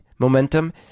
Momentum